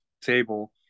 table